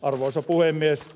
arvoisa puhemies